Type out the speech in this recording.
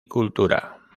cultura